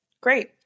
Great